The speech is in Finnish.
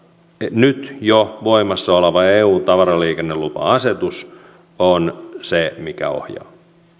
nyt jo voimassa oleva eun tavaraliikennelupa asetus on se mikä ohjaa